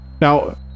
Now